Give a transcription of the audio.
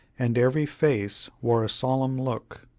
and every face wore a solemn look.